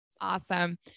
Awesome